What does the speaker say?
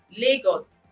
lagos